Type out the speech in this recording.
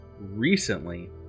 recently